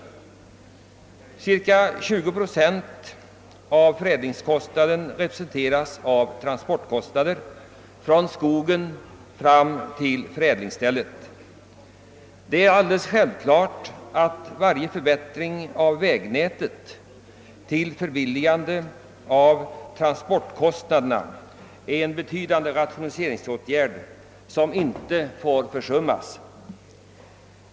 Ungefär 20 procent av förädlingskostnaderna utgöres av kostnader för virkets transport från skogen fram till förädlingsstället. Det är därför självklart att varje förbättring av vägnätet som kan förbilliga transportkostnaderna är en betydande rationaliseringsåtgärd som inte får försummas.